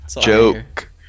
Joke